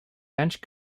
bench